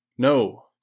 No